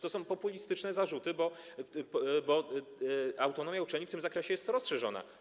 To są populistyczne zarzuty, bo autonomia uczelni w tym zakresie jest rozszerzona.